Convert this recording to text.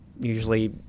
usually